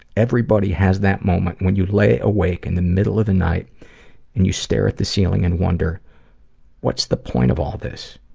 everybody has that moment when you lay awake in and the middle of the night and you stare at the ceiling and wonder what's the point of all this?